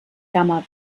gamma